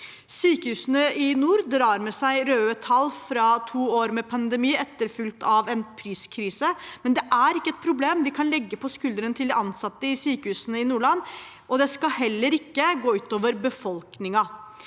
Sykehusene i nord drar med seg røde tall fra to år med pandemi etterfulgt av en priskrise, men det er ikke et problem vi kan legge på skuldrene til de ansatte i sykehusene i Nordland, og det skal heller ikke gå ut over befolkningen.